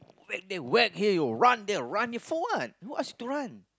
wreck there wreck here run there run for what what to run